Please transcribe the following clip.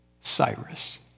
Cyrus